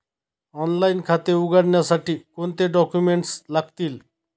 Online खाते उघडण्यासाठी कोणते डॉक्युमेंट्स लागतील?